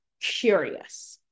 curious